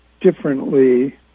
differently